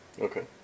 Okay